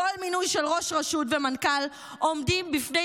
כל מינוי של ראש רשות ומנכ"ל עומד בפני